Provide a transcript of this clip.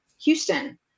Houston